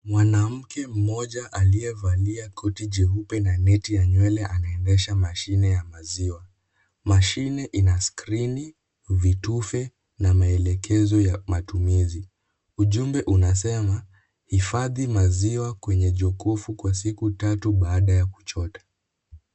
Mwanamke mmoja aliyevalia koti jeupe na neti ya nywele anaendesha mashini ya maziwa. Mashini ina skrini, vitufe na maelekezo ya matumizi. Ujumbe unasema hifadhi maziwa kwenye jokofu kwa siku tatu baada ya kuchota.